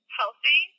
healthy